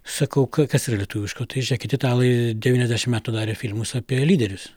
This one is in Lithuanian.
sakau kas yra lietuviško tai žėkit italai devyniasdešim metų darė filmus apie lyderius